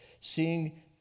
seeing